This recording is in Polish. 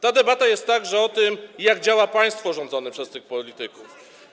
Ta debata jest także o tym, jak działa państwo rządzone przez tych polityków.